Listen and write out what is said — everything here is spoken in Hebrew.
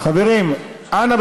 חברים, אנא.